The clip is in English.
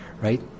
right